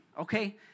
okay